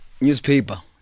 newspaper